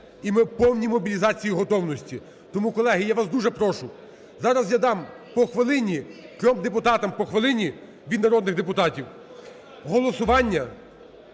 і ми в повній мобілізації, готовності. Тому, колеги, я вас дуже прошу зараз я дам по хвилині, трьом депутатам по хвилині від народних депутатів. Голосування,